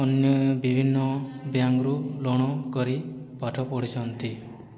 ଅନ୍ୟ ବିଭିନ୍ନ ବ୍ୟାଙ୍କରୁ ଋଣ କରି ପାଠ ପଢ଼ୁଛନ୍ତି